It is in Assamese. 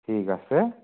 ঠিক আছে